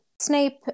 Snape